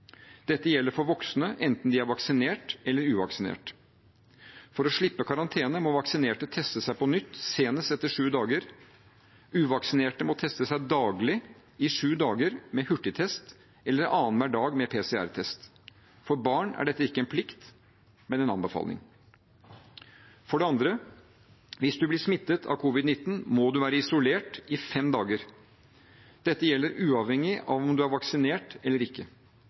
Dette gjelder for voksne, enten de er vaksinert eller uvaksinert. For å slippe karantene må vaksinerte teste seg på nytt senest etter sju dager. Uvaksinerte må teste seg daglig i sju dager med hurtigtest eller annenhver dag med PCR-test. For barn er dette ikke en plikt, men en anbefaling. For det andre: Hvis du blir smittet av covid-19, må du være isolert i fem dager. Dette gjelder uavhengig av om du er vaksinert eller ikke.